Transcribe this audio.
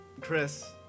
Chris